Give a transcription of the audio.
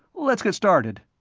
let's get started.